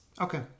Okay